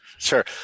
Sure